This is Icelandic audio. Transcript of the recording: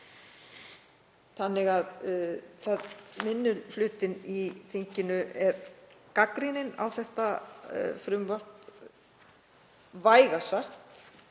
þannig að minni hlutinn í þinginu er gagnrýninn á þetta frumvarp, vægast